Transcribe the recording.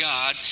God